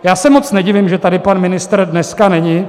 Já se moc nedivím, že tady pan ministr dneska není.